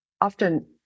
often